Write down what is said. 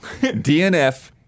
DNF